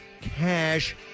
cash